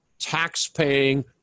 taxpaying